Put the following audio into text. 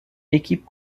équipe